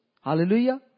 Hallelujah